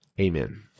Amen